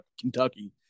Kentucky